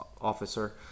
officer